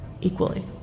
equally